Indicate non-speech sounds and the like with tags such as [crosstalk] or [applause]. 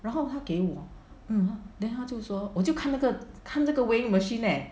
然后他给我 [noise] then 他就说我就看那个看这个 weighing machine leh